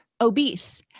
obese